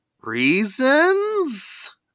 Reasons